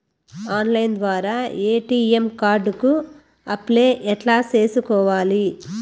Online ద్వారా ATM card కు apply ఎట్లా సేసుకోవాలి?